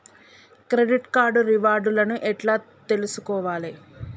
Credit card reward లను ఎట్ల తెలుసుకోవాలే?